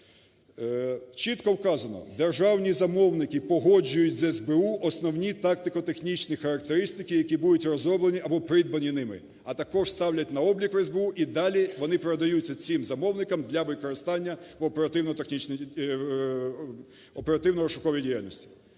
Чітко вказано: державні замовники погоджують з СБУ основні тактико-технічні характеристики, які будуть розроблені або придбані ними, а також ставлять на облік в СБУ. І далі вони передаються цим замовникам для використання в оперативно-технічній…